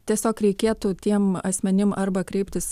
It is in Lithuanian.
tiesiog reikėtų tiem asmenim arba kreiptis